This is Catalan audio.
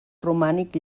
romànic